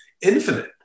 infinite